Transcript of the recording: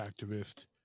activist